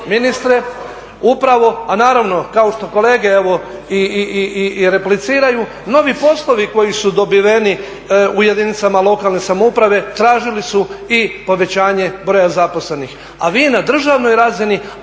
upravo, a naravno kao što kolege evo i repliciraju, novi poslovi koji su dobiveni u jedinicama lokalne samouprave tražili su i povećanje broja zaposlenih. A vi na državnoj razini